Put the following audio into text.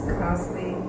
costly